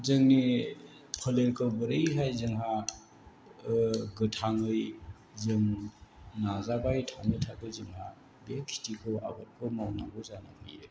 जोंनि फोलेरखौ बोरैहाय जोंहा गोथाङै जों नाजाबाय थानो थाखाय जोंहा बे खेतिखौ आबादखौ मावनांगौ जानानै फैयो